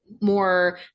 more